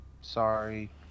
Sorry